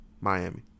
Miami